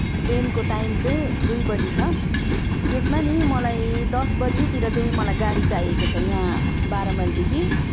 ट्रेनको टाइम चाहिँ दुई बजी छ त्यसमा नि मलाई दस बजीतिर चाहिँ मलाई गाडी चाहिएको यहाँ बाह्र माइलदेखि